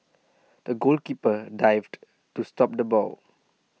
the goalkeeper dived to stop the ball